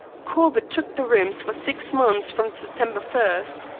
corbett took the rooms for six months from september first.